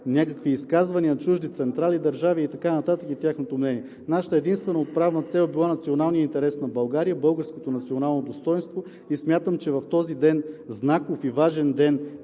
някакви изказвания на чужди централи, държави и така нататък, и от тяхното мнение. Нашата единствена отправна цел е била националният интерес на България, българското национално достойнство и смятам, че в този ден – знаков и важен ден в